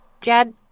Jad